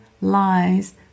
lies